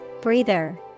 Breather